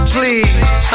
Please